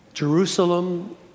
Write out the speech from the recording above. Jerusalem